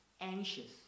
anxious